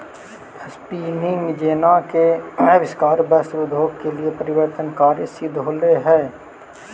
spinning jenny के आविष्कार वस्त्र उद्योग के लिए परिवर्तनकारी सिद्ध होले हई